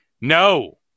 No